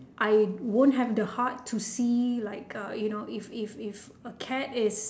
I won't have the heart to see like uh you know if if if a cat is